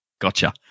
Gotcha